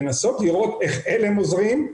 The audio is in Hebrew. לנסות לראות איך "עלם" עוזרים,